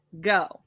go